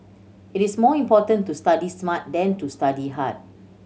it is more important to study smart than to study hard